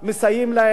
מסייעים להם,